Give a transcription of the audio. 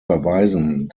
verweisen